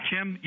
Kim